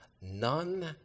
None